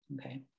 okay